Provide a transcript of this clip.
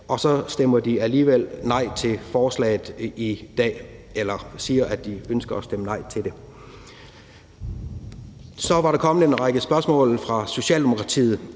men så stemmer de alligevel nej til forslaget i dag eller siger, at de ønsker at stemme nej til det. Så er der kommet en række spørgsmål fra Socialdemokratiet,